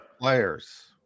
Players